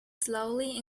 slowly